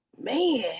Man